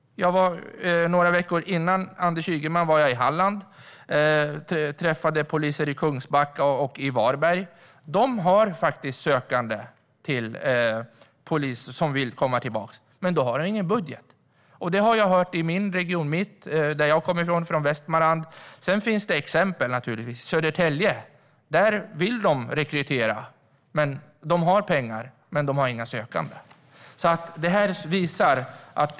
Jag var i Halland några veckor före Anders Ygeman och träffade poliser i Kungsbacka och i Varberg. Där finns det faktiskt poliser som vill komma tillbaka, men det finns ingen budget för det. Det har jag hört också i min region, i Västmanland. Det finns naturligtvis exempel där man vill rekrytera och har pengar - Södertälje exempelvis - men de har inga sökande.